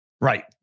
Right